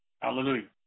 Hallelujah